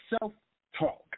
self-talk